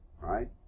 right